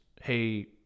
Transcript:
hey